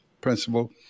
principle